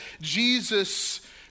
Jesus